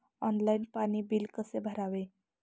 Online पाणी bill कसे भरावे?